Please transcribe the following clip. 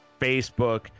Facebook